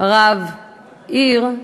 רב עיר.